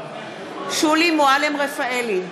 שולי מועלם-רפאלי,